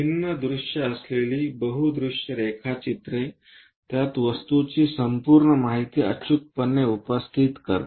भिन्न दृश्ये असलेली बहु दृश्य रेखाचित्र त्यात वस्तूची संपूर्ण माहिती अचूकपणे उपस्थित करते